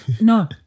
no